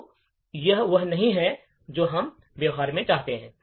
तो यह वह नहीं है जो हम व्यवहार में चाहते हैं